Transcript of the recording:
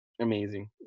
amazing